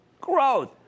Growth